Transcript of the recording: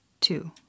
two